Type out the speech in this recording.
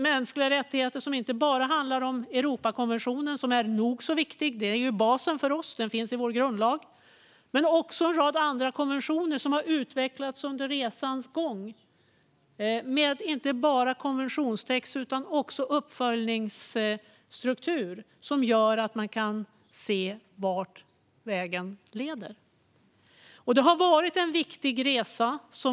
Det handlar inte bara om Europakonventionen, som är nog så viktig - den är basen för oss och finns i vår grundlag - utan också om en rad andra konventioner som har utvecklats under resans gång, inte bara med konventionstext utan också med en uppföljningsstruktur som gör att man kan se vart vägen leder. Det har varit en viktig resa.